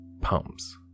pumps